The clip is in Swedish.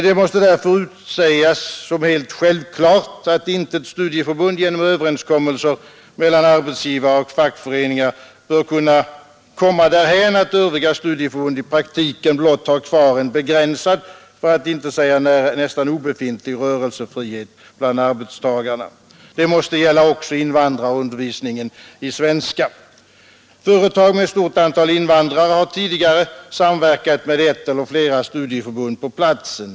Det måste därför utsägas som helt självklart att intet studieförbund genom överenskommelser mellan arbetsgivare och fackföreningar bör kunna komma därhän att övriga studieförbund i praktiken blott har kvar en begränsad, för att inte säga nästan obefintlig rörelsefrihet bland arbetstagarna. Det måste gälla också invandrarundervisningen i svenska. Företag med ett stort antal invandrare har tidigare samverkat med ett eller flera studieförbund på platsen.